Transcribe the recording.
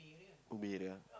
Ubi there